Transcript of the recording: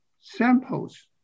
samples